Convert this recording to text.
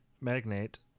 Magnate